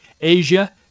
Asia